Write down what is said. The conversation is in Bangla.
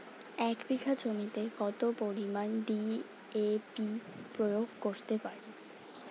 এক বিঘা জমিতে কত পরিমান ডি.এ.পি প্রয়োগ করতে পারি?